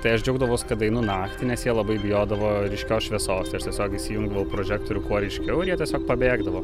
tai aš džiaugdavaus kad einu naktį nes jie labai bijodavo ryškios šviesos tai aš tiesiog įsijungdavau prožektorių kuo ryškiau ir jie tiesiog pabėgdavo